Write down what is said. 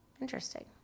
Interesting